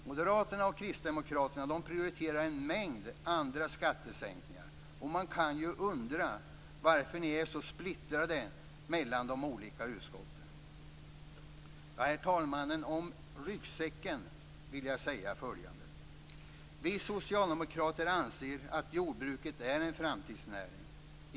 Moderaterna och kristdemokraterna prioriterade en mängd andra skattesänkningar. Man kan ju undra varför ni är så splittrade mellan de olika utskotten. Herr talman! Om "ryggsäcken" vill jag säga följande: Vi socialdemokrater anser att jordbruket är en framtidsnäring.